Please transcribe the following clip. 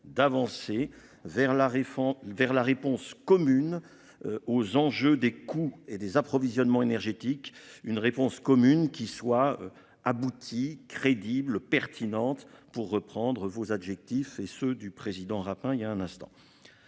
réforme vers la réponse commune. Aux enjeux des coûts et des approvisionnements énergétiques, une réponse commune qui soit abouti crédibles, pertinentes pour reprendre vos adjectifs et ceux du président Rapin hein il y a un instant.